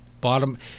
Bottom